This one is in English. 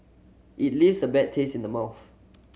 it leaves a bad taste in the mouth